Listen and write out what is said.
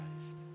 Christ